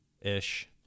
ish